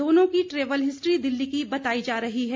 दोनों की travel history Delhi की बताई जा रही है